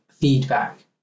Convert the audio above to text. feedback